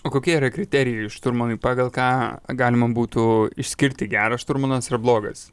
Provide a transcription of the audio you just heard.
o kokie yra kriterijai šturmanui pagal ką galima būtų išskirti geras šturmanas ir blogas